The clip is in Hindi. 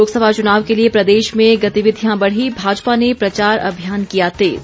लोकसभा चुनाव के लिए प्रदेश में गतिविधियां बढ़ीं भाजपा ने प्रचार अभियान किया तेज